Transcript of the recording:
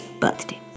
birthday